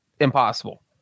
impossible